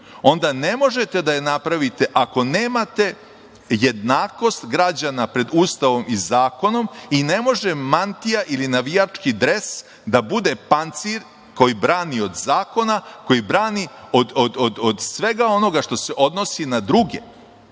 onda ne možete da je napravite, ako nemate jednakost građana pred Ustavom i zakonom i ne može mantija ili navijački dres da bude pancir koji brani od zakona, koji brani od svega onoga što se odnosi na druge.